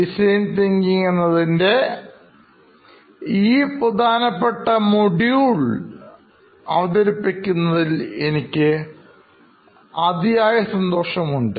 design thinking എന്നതിൻറെ ഈ പ്രധാനപ്പെട്ട മൊഡ്യൂൾ അവതരിപ്പിക്കുന്നതിൽ സന്തോഷമുണ്ട്